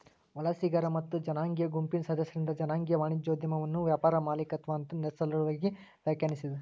ವಲಸಿಗರ ಮತ್ತ ಜನಾಂಗೇಯ ಗುಂಪಿನ್ ಸದಸ್ಯರಿಂದ್ ಜನಾಂಗೇಯ ವಾಣಿಜ್ಯೋದ್ಯಮವನ್ನ ವ್ಯಾಪಾರ ಮಾಲೇಕತ್ವ ಅಂತ್ ಸಡಿಲವಾಗಿ ವ್ಯಾಖ್ಯಾನಿಸೇದ್